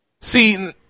See